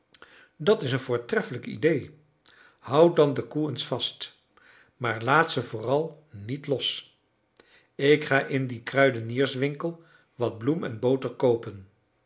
dat is een voortreffelijk idee houd dan de koe eens vast maar laat ze vooral niet los ik ga in dien kruidenierswinkel wat bloem en boter koopen